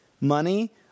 money